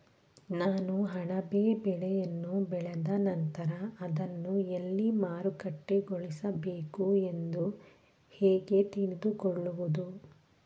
ನಾನು ಅಣಬೆ ಬೆಳೆಯನ್ನು ಬೆಳೆದ ನಂತರ ಅದನ್ನು ಎಲ್ಲಿ ಮಾರುಕಟ್ಟೆಗೊಳಿಸಬೇಕು ಎಂದು ಹೇಗೆ ತಿಳಿದುಕೊಳ್ಳುವುದು?